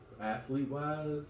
athlete-wise